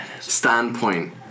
standpoint